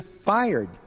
fired